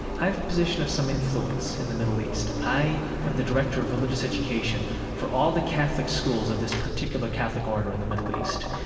i have a position of some influence in the middle east. i am the director of religious education for all the catholic schools of this particular catholic order in the middle east.